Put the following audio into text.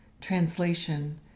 translation